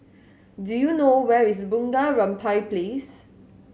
do you know where is Bunga Rampai Place